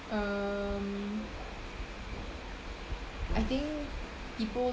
um I think people